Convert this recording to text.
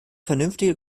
vernünftige